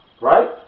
Right